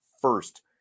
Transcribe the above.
first